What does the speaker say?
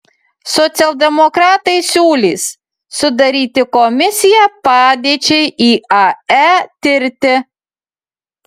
socialdemokratai siūlys sudaryti komisiją padėčiai iae tirti